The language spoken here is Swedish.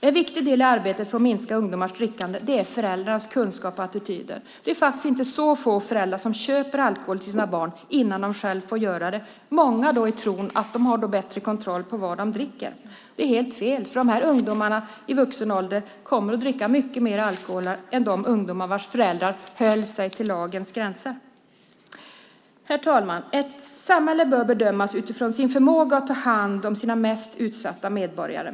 En viktig del i arbetet för att minska ungdomars drickande är föräldrarnas kunskap och attityder. Det är inte få föräldrar som köper alkohol till sina barn innan dessa själva får göra det. Många föräldrar gör det i tron att de har en bättre kontroll på vad de unga dricker. Men det är helt fel, för de här ungdomarna kommer i vuxen ålder att dricka mycket mer alkohol än de ungdomar vilkas föräldrar höll sig inom lagens gränser. Herr talman! Ett samhälle bör bedömas utifrån sin förmåga att ta hand om sina mest utsatta medborgare.